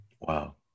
Wow